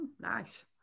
nice